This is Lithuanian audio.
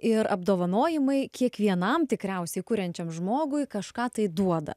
ir apdovanojimai kiekvienam tikriausiai kuriančiam žmogui kažką tai duoda